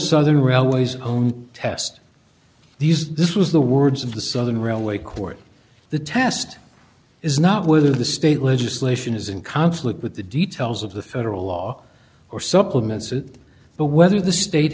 southern railways own test these this was the words of the southern railway court the test is not whether the state legislation is in conflict with the details of the federal law or supplements it but whether the state